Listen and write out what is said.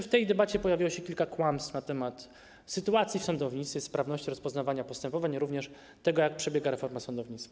W tej debacie pojawiło się kilka kłamstw na temat sytuacji w sądownictwie, sprawności rozpoznawania postępowań, jak również tego, jak przebiega reforma sądownictwa.